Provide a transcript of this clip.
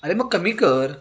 अरे मग कमी कर